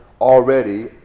already